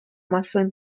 массовой